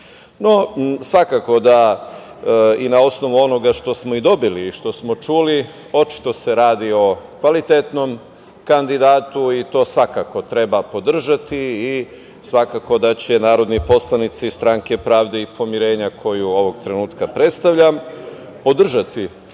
skupštini. Na osnovu onoga što smo dobili i što smo čuli, očito se radi o kvalitetnom kandidatu i to svakako treba podržati i svakako da će narodni poslanici Stranke pravde i pomirenja, koju ovog trenutka predstavljam, podržati